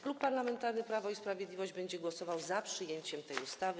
Klub Parlamentarny Prawo i Sprawiedliwość będzie głosował za przyjęciem tej ustawy.